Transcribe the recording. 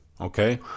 okay